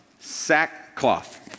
Sackcloth